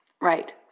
Right